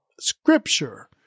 Scripture